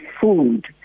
food